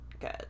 good